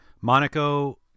Monaco